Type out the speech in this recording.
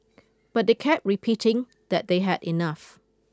but they kept repeating that they had enough